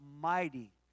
mighty